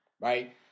right